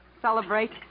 celebrate